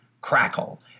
Crackle